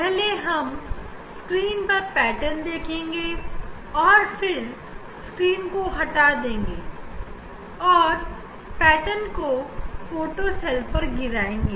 पहले हम लोग स्क्रीन पर पैटर्न देखेंगे और फिर स्क्रीन को हटा देंगे और पैटर्न को फोटो सेल पर गिराएंगे